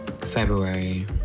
february